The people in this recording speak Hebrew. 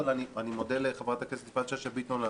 אני מודה לחברת הכנסת יפעת שאשא ביטון על